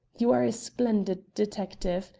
you are a splendid detective.